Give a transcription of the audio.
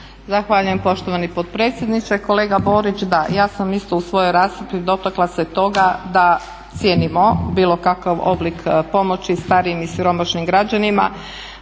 Zahvaljujem poštovani potpredsjedniče. Kolega Borić, da ja sam isto u svojoj raspravi dotakla se toga da cijenimo bilo kakav oblik pomoći starijim i siromašnim građanima